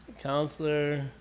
Counselor